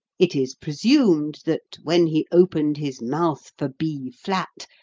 it is presumed that, when he opened his mouth for b flat,